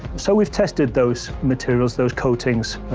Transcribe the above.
so we've tested those materials, those coatings,